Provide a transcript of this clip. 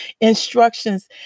instructions